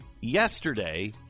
yesterday